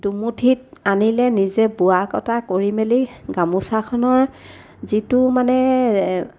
দুমুঠিত আনিলে নিজে বোৱা কটা কৰি মেলি গামোচাখনৰ যিটো মানে